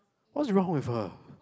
what's wrong with her